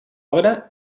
obra